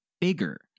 bigger